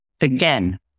again